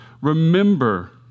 remember